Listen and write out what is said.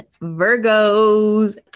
Virgos